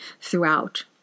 throughout